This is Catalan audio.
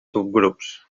subgrups